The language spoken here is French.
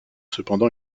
cependant